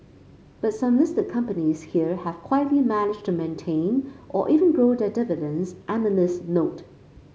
but some listed companies here have quietly managed to maintain or even grow their dividends analysts note